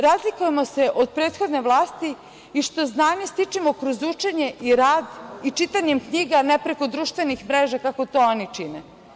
Razlikujemo se od prethodne vlasti i time što znanje stičemo kroz učenje i rad i čitanjem knjiga, a ne preko društvenih mreža, kako to oni čine.